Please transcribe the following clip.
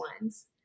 ones